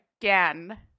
again